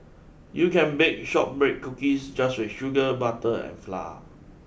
you can bake shortbread cookies just with sugar butter and flour